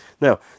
Now